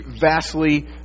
vastly